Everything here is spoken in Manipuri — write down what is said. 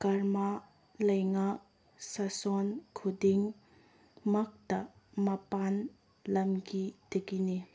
ꯀꯔꯃ ꯂꯩꯉꯥꯛ ꯁꯥꯁꯣꯟ ꯈꯨꯗꯤꯡꯃꯛꯇ ꯃꯄꯥꯟ ꯂꯝꯒꯤ ꯗꯒꯤꯅꯤ